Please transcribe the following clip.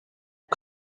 aux